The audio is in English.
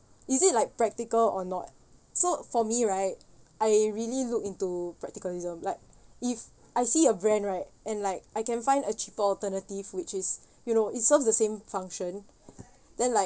is it like practical or not so for me right I really look into practicalism like if I see a brand right and like I can find a cheaper alternative which is you know it serves the same function then like